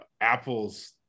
Apple's